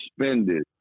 suspended